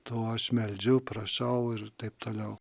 to aš meldžiu prašau ir taip toliau